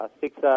six